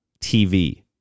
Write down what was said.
TV